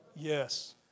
Yes